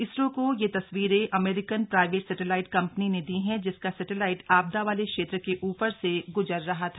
इसरो को यह तस्वीरें अमेरिकन प्राइवेट सेटेलाइट कंपनी ने दी हैं जिसका सैटेलाइट आपदा वाले क्षेत्र के ऊपर से ग्जर रहा था